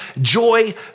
joy